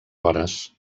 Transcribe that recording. hores